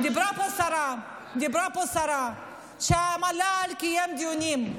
אמרה פה השרה שהמל"ל קיים דיונים.